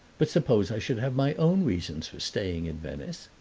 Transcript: but suppose i should have my own reasons for staying in venice?